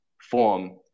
form